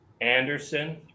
Anderson